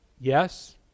Yes